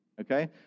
Okay